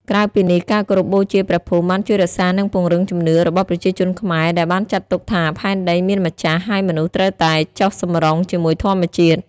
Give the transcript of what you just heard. ក្រៅពីនេះ ការគោរពបូជាព្រះភូមិបានជួយរក្សានិងពង្រឹងជំនឿរបស់ប្រជាជនខ្មែរដែលបានចាត់ទុកថាផែនដីមានម្ចាស់ ហើយមនុស្សត្រូវតែចុះសម្រុងជាមួយធម្មជាតិ។